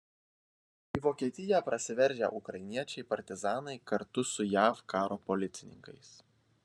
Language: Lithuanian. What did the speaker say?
į vokietiją prasiveržę ukrainiečiai partizanai kartu su jav karo policininkais